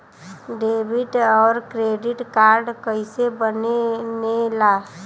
Debit और credit card कईसे बने ने ला?